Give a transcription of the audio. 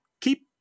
keep